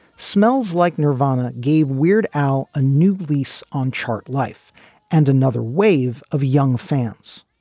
smells like nirvana gave weird owl a new lease on chart life and another wave of young fans,